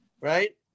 right